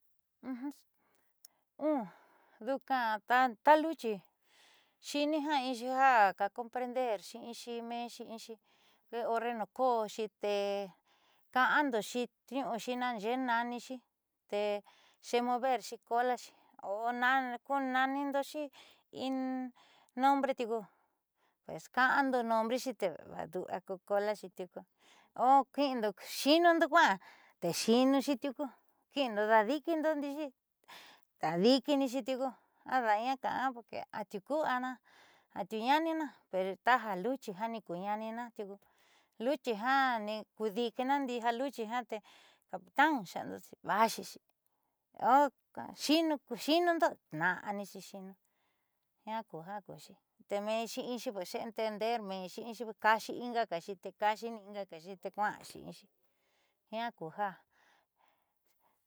Nduuka ta luchi xi'ini jiaa inxi ja ka comprenderxi inxi menxi inxi kuee horre nuukoóxi te ka'andoxi tniu'uxi nanxeé nanixi te xe maverxi colaxi o kuuña'andoxi in nombre tiuku ka'ado nombrexi vaa du'ua ku kolaxi tiuku o ki'indo xiinundo kua'a te xiinuxi tiuku kiido daadi'ikindo ndi'ixi daadi'ikixi tiuku ada'aña ka'an porque atiu ku'ana atiuu ñaánina pero taja luchi jiaa ku ñaanina tiuku luchi jiaa te capitán xa'ana te va'axixi o xino ko xiinundo tna'aniixi xiinu jiaa ku ja kuuxi te menxi xe entender menxi'inxi ka'axi ingaxi te ka'axi ingaxi te kua'axi'inxi jiaa ku jiaa.